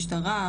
משטרה,